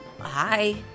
Hi